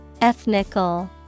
Ethnical